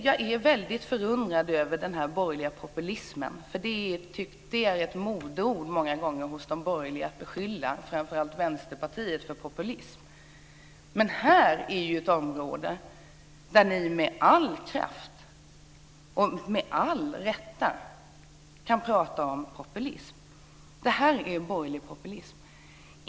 Jag är väldigt förundrad över den borgerliga populismen. Populism är ett modeord hos de borgerliga. Man har många gånger beskyllt framför allt Vänsterpartiet för populism. Men detta är ett område där vi med all rätt kan prata om borgerlig populism.